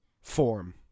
form